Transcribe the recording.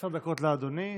עשר דקות לאדוני.